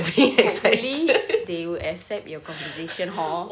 hopefully they will accept your conversation hor